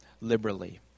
liberally